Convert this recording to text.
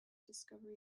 discovery